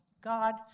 God